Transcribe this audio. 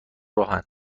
راهن